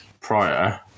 prior